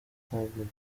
akambwira